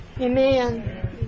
Amen